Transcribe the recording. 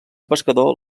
pescador